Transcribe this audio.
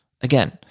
again